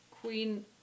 queen